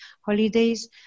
holidays